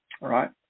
Right